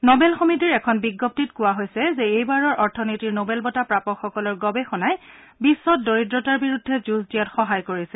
novel সমিতিৰ এখন বিজ্ঞপ্তিত কোৱা হৈছে যে এইবাৰৰ অথনীতিৰ নবেল বঁটা প্ৰাপকসকলৰ গৱেষণাই বিশ্বত দৰিদ্ৰতাৰ বিৰুদ্ধে যুঁজ দিয়াত সহায় কৰিছে